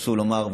חשוב לומר,